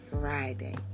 Friday